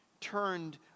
turned